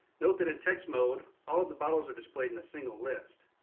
note that in text mode, all of the bottles are displayed in a single list,